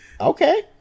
okay